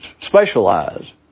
specialize